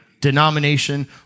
denomination